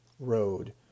road